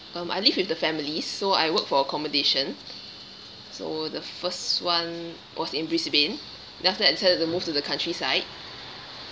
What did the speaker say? um I live with the families so I work for accommodation so the first [one] was in brisbane then after that I decided to move to the countryside